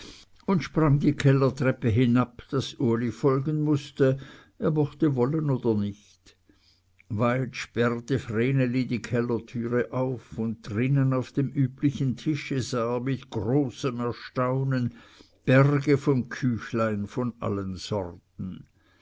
und sprang die kellertreppe hinab daß uli folgen mußte er mochte wollen oder nicht weit sperrte vreneli die kellertüre auf und drinnen auf dem üblichen tische sah er mit großem erstaunen berge von küchlein von allen sorten